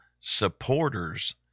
supporters